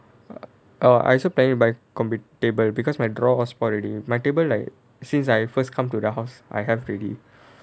orh I also planning to buy compu~ table because my draw all spoil already my table like since I first come to the house I have already